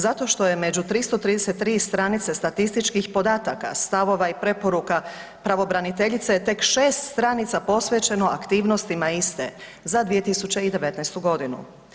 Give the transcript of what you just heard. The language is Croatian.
Zato što je među 333 stranice statističkih podataka, stavova i preporuka pravobraniteljice je tek 6 stranica posvećeno aktivnostima iste za 2019. godinu.